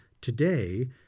today